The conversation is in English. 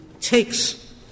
takes